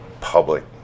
public